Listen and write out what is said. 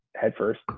headfirst